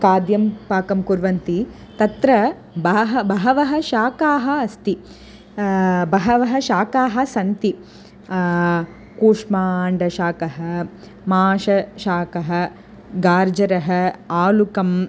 खाद्यं पाकं कुर्वन्ति तत्र बहवः बहवः शाकाः अस्ति बहवः शाकाः सन्ति कुष्माण्डशाकः माषशाकः गार्जरः आलुकम्